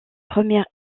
première